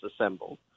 assembled